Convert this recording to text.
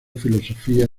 filosofía